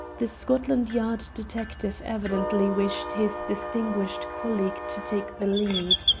the scotland yard detective evidently wished his distinguished colleague to take the lead.